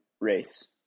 race